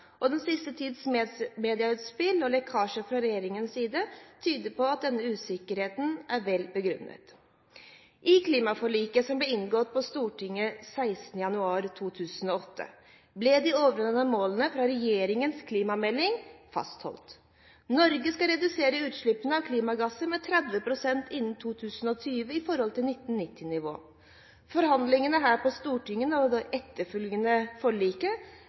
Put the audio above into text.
og lekkasjer fra regjeringens side tyder på at denne usikkerheten er vel begrunnet. I klimaforliket som ble inngått på Stortinget 16. januar 2008, ble de overordnede målene fra regjeringens klimamelding fastholdt. Norge skal redusere utslippene av klimagasser med 30 pst. innen 2020 i forhold til 1990-nivå. Forhandlingene her på Stortinget og det etterfølgende forliket